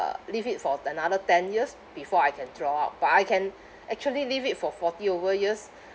uh leave it for another ten years before I can draw out but I can actually leave it for forty over years